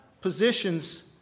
positions